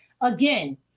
again